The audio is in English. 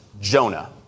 Jonah